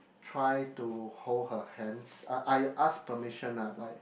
try to hold her hands I ask permission ah like